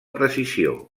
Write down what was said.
precisió